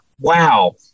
wow